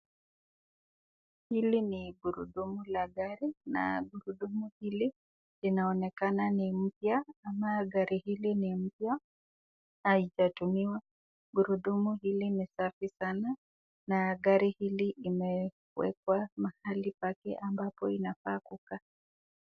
Hili ni gurudumu la gari na gurudumu hili linaonekana ni mpya na gari hii ni mpya haijatumiwa. Gurudumu hili ni safi sana na gari hili limeekwa mahali pake ambapo inafaa kukaa.